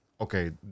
Okay